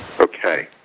Okay